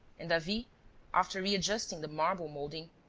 and davey, after readjusting the marble moulding,